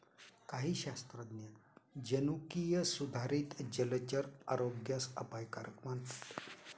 काही शास्त्रज्ञ जनुकीय सुधारित जलचर आरोग्यास अपायकारक मानतात